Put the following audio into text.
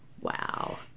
Wow